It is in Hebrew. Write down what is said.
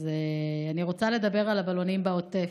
אז אני רוצה לדבר על הבלונים בעוטף.